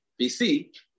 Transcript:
BC